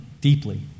deeply